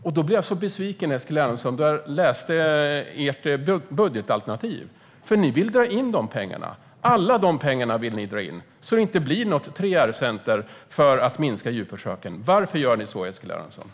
Jag blev så besviken, Eskil Erlandsson, när jag läste ert budgetalternativ. Ni vill nämligen dra in alla de pengarna så att det inte blir något 3R-center för att minska djurförsöken. Varför gör ni så, Eskil Erlandsson?